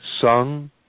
sung